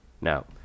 Now